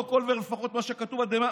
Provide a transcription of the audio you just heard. אותו קולבר, לפחות לפי מה שכתוב בגלובס,